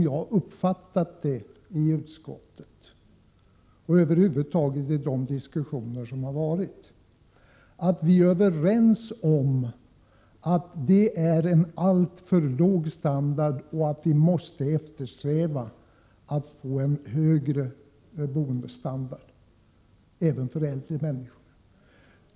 Jag har av de diskussioner som har förts i utskottet och på andra håll fått uppfattningen att vi är överens om att detta är en alltför låg standard och att vi måste eftersträva att få till stånd en högre bostadsstandard även för äldre människor.